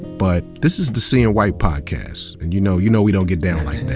but this is the seeing white podcast, and you know you know we don't get down like that.